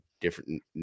different